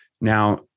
Now